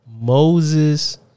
Moses